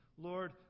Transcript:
Lord